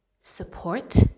support